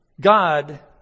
God